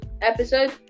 episode